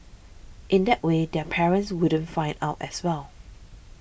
in that way their parents wouldn't find out as well